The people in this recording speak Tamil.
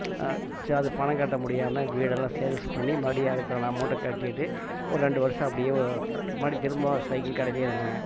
அது பணம் கட்ட முடியாமல் வீடெல்லாம் சேல்ஸ் பண்ணி மறுபடியும் அதுக்கான அமௌண்ட்டை கட்டிட்டு ஒரு ரெண்டு வருஷம் அப்படியே மறுபடியும் திரும்ப சைக்கிள் கடைலேயே இருந்தேங்க